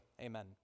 amen